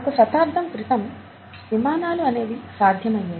ఒక శతాబ్దం క్రితం విమానాలు అనేవి సాధ్యమైయ్యాయి